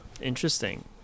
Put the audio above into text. Interesting